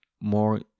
more